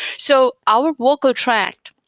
so our vocal tract,